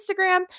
Instagram